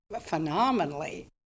phenomenally